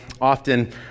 often